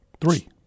Three